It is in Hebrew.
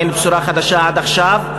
אין בשורה חדשה עד עכשיו,